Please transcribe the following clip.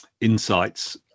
insights